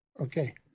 okay